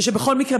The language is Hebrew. ושבכל מקרה,